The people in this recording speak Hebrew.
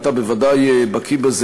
ואתה בוודאי בקי בזה,